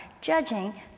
judging